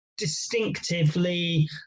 Distinctively